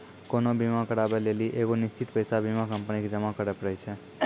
कोनो बीमा कराबै लेली एगो निश्चित पैसा बीमा कंपनी के जमा करै पड़ै छै